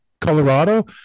Colorado